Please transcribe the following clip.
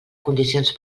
condicions